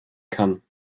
kann